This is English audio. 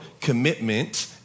commitment